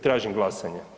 Tražim glasanje.